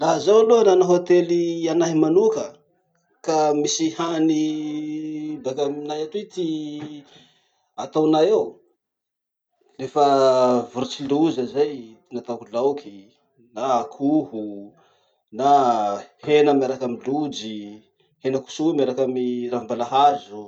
Laha zaho aloha nana hotely anahy manoka, ka misy hany baka aminay atoy ty ataonay eo: lefa vorotsiloza zay ty nataoko laoky, na akoho, na hena miaraky amy lojy, henakisoa miaraky amy ravimbalahazo.